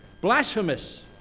Blasphemous